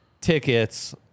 tickets